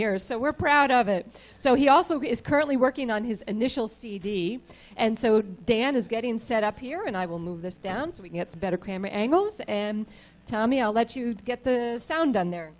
here so we're proud of it so he also is currently working on his initial cd and so dan is getting set up here and i will move this down so we can get better camera angles and tommy i'll let you get the sound down there